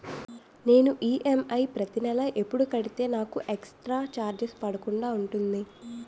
నేను ఈ.ఎం.ఐ ప్రతి నెల ఎపుడు కడితే నాకు ఎక్స్ స్త్ర చార్జెస్ పడకుండా ఉంటుంది?